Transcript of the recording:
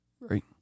Right